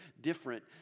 different